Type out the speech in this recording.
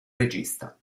regista